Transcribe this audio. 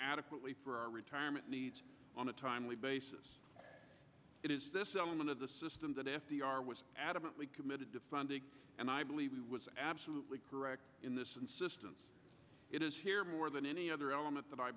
adequately for our retirement needs on a timely basis it is this element of the system that f d r was adamantly committed to funding and i believe he was absolutely correct in this insistence it is here more than any other element that i